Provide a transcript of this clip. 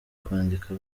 kwandika